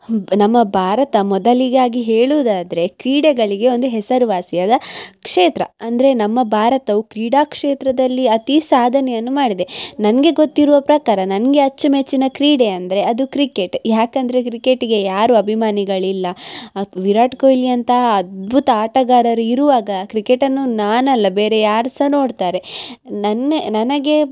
ನಮ್ಮ ಭಾರತ ಮೊದಲಿಗಾಗಿ ಹೇಳೋದಾದ್ರೆ ಕ್ರೀಡೆಗಳಿಗೆ ಒಂದು ಹೆಸರುವಾಸಿಯಾದ ಕ್ಷೇತ್ರ ಅಂದರೆ ನಮ್ಮ ಭಾರತವು ಕ್ರೀಡಾ ಕ್ಷೇತ್ರದಲ್ಲಿ ಅತಿ ಸಾಧನೆಯನ್ನು ಮಾಡಿದೆ ನನಗೆ ಗೊತ್ತಿರುವ ಪ್ರಕಾರ ನನಗೆ ಅಚ್ಚುಮೆಚ್ಚಿನ ಕ್ರೀಡೆ ಅಂದರೆ ಅದು ಕ್ರಿಕೆಟ್ ಯಾಕಂದರೆ ಕ್ರಿಕೆಟಿಗೆ ಯಾರು ಅಭಿಮಾನಿಗಳಿಲ್ಲ ವಿರಾಟ್ ಕೊಹ್ಲಿ ಅಂತಹ ಅದ್ಬುತ ಆಟಗಾರರು ಇರುವಾಗ ಕ್ರಿಕೆಟನ್ನು ನಾನಲ್ಲ ಬೇರೆ ಯಾರು ಸಹ ನೋಡ್ತಾರೆ ನನ್ನ ನನಗೆ